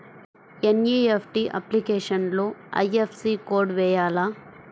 NEFT అప్లికేషన్లో IFSC code వేయాలా?